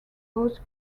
both